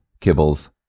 kibbles